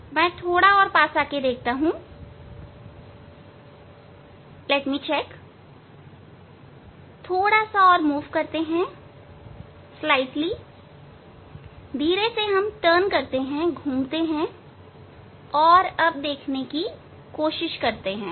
हां मुझे की जांच करने दें थोड़ा हिलाता हूं थोड़ा और हिलता हूंधीरे से घूमते हैं और देखते हैं